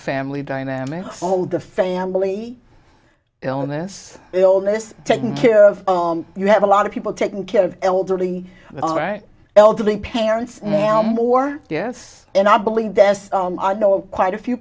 family dynamics old the family illness illness taking care of you have a lot of people taking care of elderly all right elderly parents or yes and i believe that i know of quite a few